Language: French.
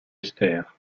esther